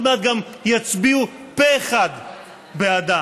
ועוד מעט גם יצביעו פה אחד בעדה,